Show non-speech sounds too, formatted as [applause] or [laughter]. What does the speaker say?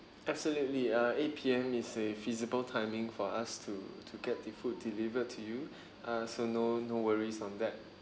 absolutely uh eight P_M is a feasible timing for us to to get the food delivered to you [breath] uh so no no worries on that